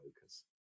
focus